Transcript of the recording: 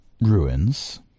ruins